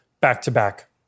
back-to-back